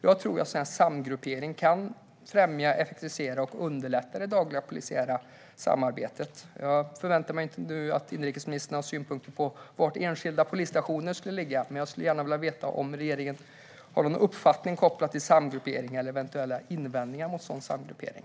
Jag tror att samgruppering kan främja, effektivisera och underlätta det dagliga polisiära samarbetet. Jag förväntar mig inte att inrikesministern har synpunkter på var enskilda polisstationer ska ligga, men jag skulle gärna vilja veta om regeringen har någon uppfattning om eller några invändningar mot samgruppering.